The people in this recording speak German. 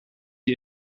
die